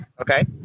okay